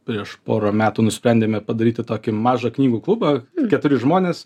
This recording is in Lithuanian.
prieš porą metų nusprendėme padaryti tokį mažą knygų klubą keturi žmonės